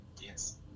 Yes